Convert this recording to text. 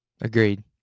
Agreed